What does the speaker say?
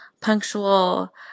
punctual